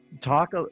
talk